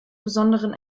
besonderen